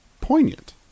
poignant